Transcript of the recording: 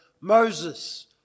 Moses